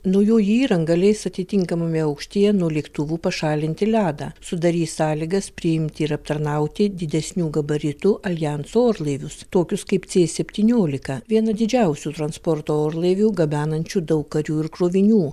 naujoji įranga leis atitinkamame aukštyje nuo lėktuvų pašalinti ledą sudarys sąlygas priimti ir aptarnauti didesnių gabaritų aljanso orlaivius tokius kaip c septyniolika vieną didžiausių transporto orlaivių gabenančių daug karių ir krovinių